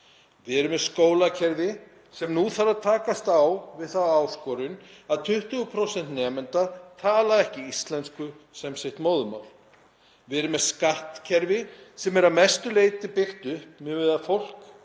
Við erum með skólakerfi sem nú þarf að takast á við þá áskorun að 20% nemenda tala ekki íslensku sem sitt móðurmál. Við erum með skattkerfi sem er að mestu leyti byggt upp miðað við að fólk